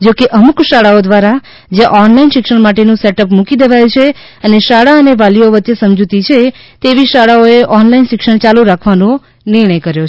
જોકે અમ્ક શાળાઓ દ્વારા જ્યાં ઓનલાઇન શિક્ષણ માટે નું સેટઅપ મૂકી દેવાયું છે અને શાળા અને વાલીઓ વચ્ચે સમજૂતી છે તેવી શાળાઓ એ ઓનલાઇન શિક્ષણ યાલુ રાખવાનો નિર્ણય કર્યો છે